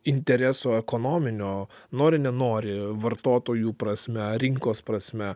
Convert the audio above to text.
interesų ekonominio nori nenori vartotojų prasme rinkos prasme